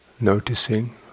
noticing